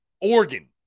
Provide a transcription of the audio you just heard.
Oregon